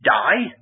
die